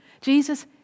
Jesus